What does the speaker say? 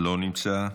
לא נמצא,